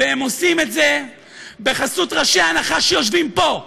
והם עושים את זה בחסות ראשי הנחש שיושבים פה,